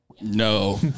No